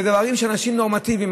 אלה דברים שאנשים נורמטיביים,